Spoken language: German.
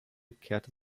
kehrte